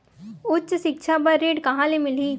उच्च सिक्छा बर ऋण कहां ले मिलही?